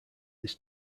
this